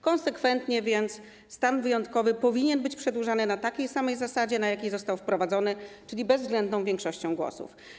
Konsekwentnie więc stan wyjątkowy powinien być przedłużany na takiej samej zasadzie, na jakiej został wprowadzony, czyli bezwzględną większością głosów.